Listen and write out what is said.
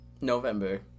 November